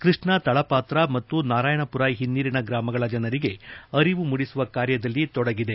ಕೃಷ್ಣಾ ತಳ ಪಾತ್ರ ಮತ್ತು ನಾರಾಯಣಪುರ ಹಿನ್ನೀರಿನ ಗ್ರಾಮಗಳ ಜನರಿಗೆ ಅರಿವು ಮೂಡಿಸುವ ಕಾರ್ಯದಲ್ಲಿ ತೊಡಗಿದೆ